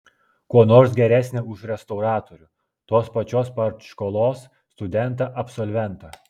kuo nors geresnė už restauratorių tos pačios partškolos studentą absolventą